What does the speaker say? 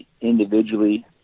individually